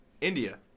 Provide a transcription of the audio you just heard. India